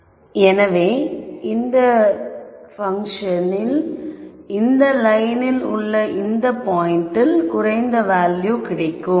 அடிப்படையில் இதன் பொருள் இந்த பங்க்ஷன் இந்த லயனில் உள்ள இந்த பாயிண்ட்டில் குறைந்த வேல்யூவை எடுக்கும்